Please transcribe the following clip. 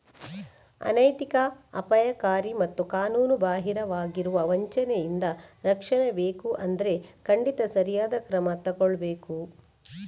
ಅನೈತಿಕ, ಅಪಾಯಕಾರಿ ಮತ್ತು ಕಾನೂನುಬಾಹಿರವಾಗಿರುವ ವಂಚನೆಯಿಂದ ರಕ್ಷಣೆ ಬೇಕು ಅಂದ್ರೆ ಖಂಡಿತ ಸರಿಯಾದ ಕ್ರಮ ತಗೊಳ್ಬೇಕು